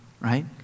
right